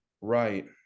Right